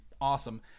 Awesome